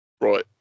Right